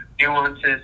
nuances